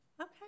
okay